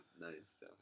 Nice